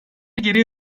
geriye